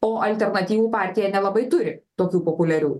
o alternatyvų partija nelabai turi tokių populiarių